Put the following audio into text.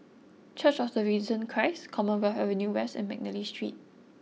church of the Risen Christ Commonwealth Avenue West and McNally Street